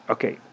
Okay